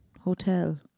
hotel